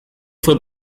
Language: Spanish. fue